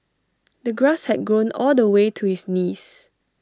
the grass had grown all the way to his knees